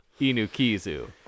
Inukizu